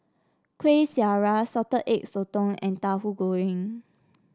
Kueh Syara Salted Egg Sotong and Tauhu Goreng